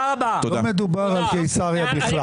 לא מדובר על קיסריה בכלל.